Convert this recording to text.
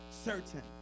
Certain